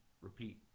repeat